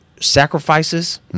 sacrifices